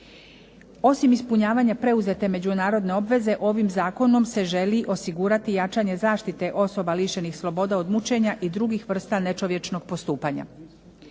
Osim ispunjavanja preuzete međunarodne obveze, ovim zakonom se želi osigurati jačanje zaštite osoba lišenih sloboda od mučenja i drugih vrsta nečovječnog postupanja.